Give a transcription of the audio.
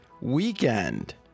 weekend